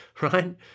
right